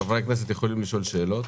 חברי הכנסת יכולים לשאול שאלות,